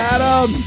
Adam